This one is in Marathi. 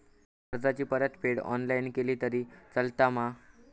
कर्जाची परतफेड ऑनलाइन केली तरी चलता मा?